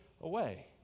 away